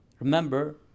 Remember